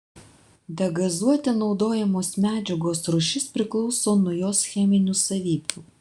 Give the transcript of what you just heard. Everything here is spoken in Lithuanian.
degazuoti naudojamos medžiagos rūšis priklauso nuo jos cheminių savybių